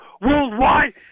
worldwide